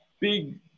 big